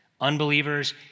Unbelievers